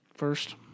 first